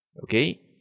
okay